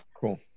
Cool